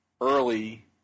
early